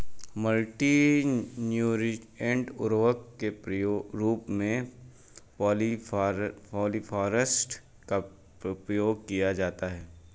multi nutrient उर्वरक के रूप में पॉलिफॉस्फेट का उपयोग किया जाता है